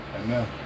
Amen